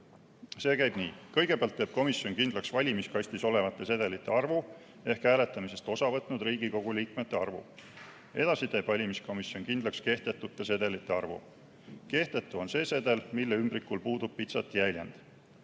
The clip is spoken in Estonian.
See käib nii. Kõigepealt teeb komisjon kindlaks valimiskastis olevate sedelite arvu ehk hääletamisest osa võtnud Riigikogu liikmete arvu. Edasi teeb valimiskomisjon kindlaks kehtetute sedelite arvu. Kehtetu on see sedel, mille ümbrikul puudub pitsatijäljend.